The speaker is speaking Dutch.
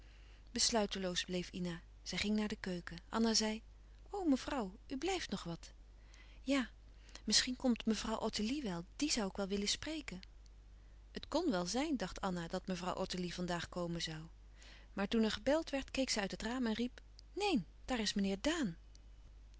besluiteloos bleef ina zij ging naar de keuken anna zei o mevrouw u blijft nog wat ja misschien komt mevrouw ottilie wel die zoû ik wel willen spreken het kon wel zijn dacht anna dat mevrouw ottilie van daag komen zoû maar toen er gebeld werd keek zij uit het raam en riep neen daar is meneer daan